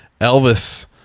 Elvis